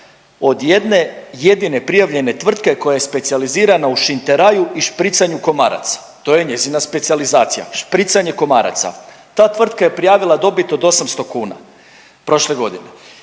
od jedne jedine prijavljene tvrtke koja je specijalizirana u šinteraju i špricanju komaraca. To je njezina specijalizacija. Špricanje komaraca. Ta tvrtka je prijavila dobit od 800 kuna prošle godine.